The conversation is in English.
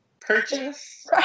purchase